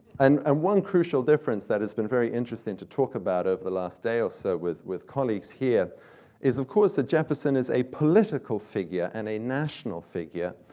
and and one crucial difference that has been very interesting to talk about over the last day or so with with colleagues here is, of course, that jefferson is a political figure, and a national figure,